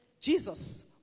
Jesus